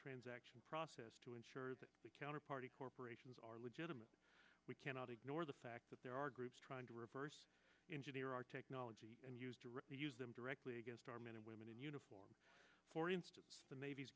transaction process to ensure that the counterparty corporations are legitimate we cannot ignore the fact that there are groups trying to reverse engineer our technology and use them directly against our men and women in uniform for instance the navy's